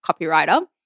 copywriter